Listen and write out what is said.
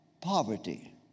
Poverty